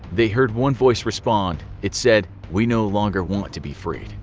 they heard one voice respond. it said, we no longer want to be freed.